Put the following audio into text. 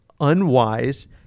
unwise